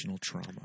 trauma